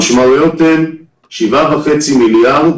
המשמעויות הן 7.5 מיליארד